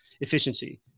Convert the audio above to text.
efficiency